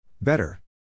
Better